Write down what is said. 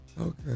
Okay